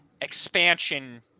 expansion